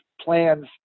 Plans